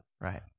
right